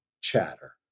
chatter